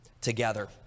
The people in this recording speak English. together